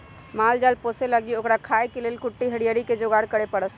माल जाल पोशे लागी ओकरा खाय् लेल कुट्टी हरियरी कें जोगार करे परत